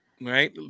Right